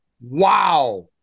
wow